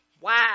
Wow